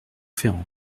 ferrand